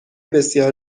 بسیار